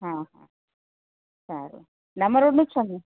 હા હા સારું ડામર રોડનું જ છે ને